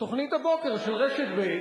תוכנית הבוקר של רשת ב',